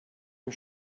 was